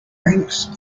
larynx